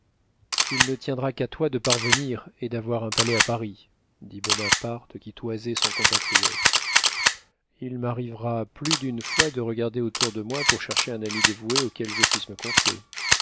il ne tiendra qu'à toi de parvenir et d'avoir un palais à paris dit bonaparte qui toisait son compatriote il m'arrivera plus d'une fois de regarder autour de moi pour chercher un ami dévoué auquel je puisse me confier